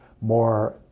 more